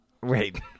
Wait